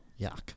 Yuck